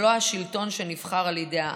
ולא השלטון שנבחר על ידי העם.